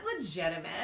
legitimate